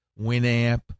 Winamp